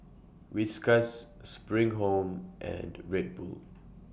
Whiskas SPRING Home and Red Bull